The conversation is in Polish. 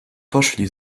poszli